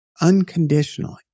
unconditionally